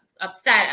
upset